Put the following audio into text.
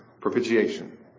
Propitiation